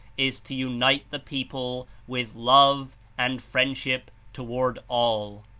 is to unite the people with love and friend ship toward all.